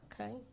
Okay